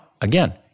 again